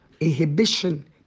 inhibition